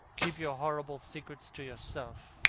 keep your horrible secrets to yourself.